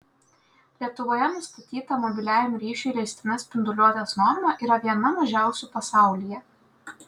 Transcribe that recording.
lietuvoje nustatyta mobiliajam ryšiui leistina spinduliuotės norma yra viena mažiausių pasaulyje